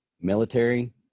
military